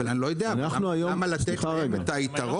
אבל אני לא יודע למה לתת להם את היתרון,